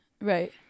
Right